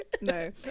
no